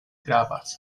gravas